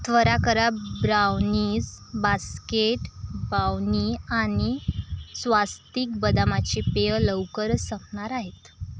त्वरा करा brownies basket brownie आणि स्वस्तिक बदामाचे पेय लवकरच संपणार आहेत